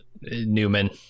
Newman